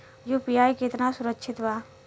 UPI कितना सुरक्षित बा?